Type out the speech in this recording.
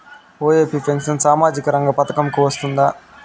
OAP pension సామాజిక రంగ పథకం కు వస్తుందా?